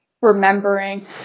remembering